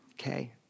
okay